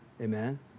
Amen